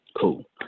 Cool